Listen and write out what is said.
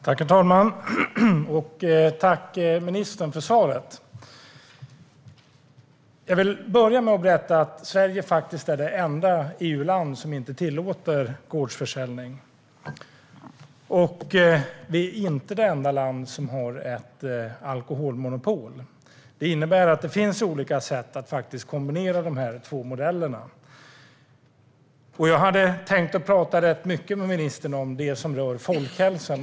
Herr talman! Tack för svaret, ministern! Jag vill börja med att berätta att Sverige är det enda EU-land som inte tillåter gårdsförsäljning. Det är inte det enda land som har ett alkoholmonopol. Det innebär att det finns olika sätt att kombinera de två modellerna. Jag hade tänkt tala rätt mycket med ministern om det som rör folkhälsan.